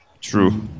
true